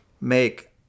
make